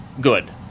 good